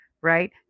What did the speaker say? right